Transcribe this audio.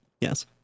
Yes